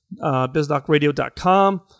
biztalkradio.com